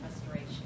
restoration